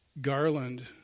Garland